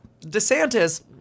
DeSantis